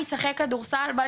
ולא